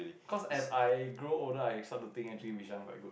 cause as I grow older I start to think actually Bishan quite good